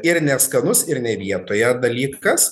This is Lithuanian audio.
ir neskanus ir ne vietoje dalykas